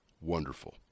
Wonderful